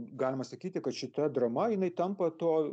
galima sakyti kad šita drama jinai tampa to